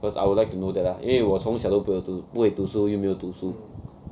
cause I would like to know that lah 因为我从小都不能读不会读书又没有读书